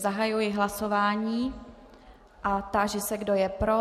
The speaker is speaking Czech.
Zahajuji hlasování a táži se, kdo je pro.